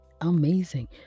amazing